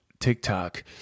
tiktok